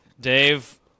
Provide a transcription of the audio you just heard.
Dave